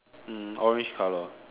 hmm orange color